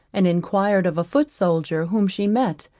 and enquired of a foot soldier whom she met,